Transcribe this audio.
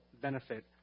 benefit